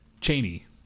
Cheney